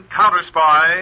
counter-spy